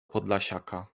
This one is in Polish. podlasiaka